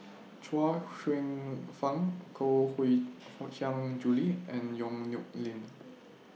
Chuang Hsueh Fang Koh Hui Hiang Julie and Yong Nyuk Lin